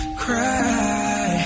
cry